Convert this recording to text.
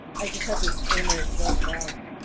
i just had this image of